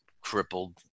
crippled